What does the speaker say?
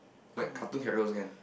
like cartoon character also can